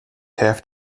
have